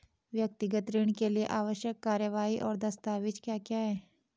व्यक्तिगत ऋण के लिए आवश्यक कार्यवाही और दस्तावेज़ क्या क्या हैं?